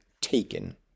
taken